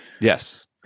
Yes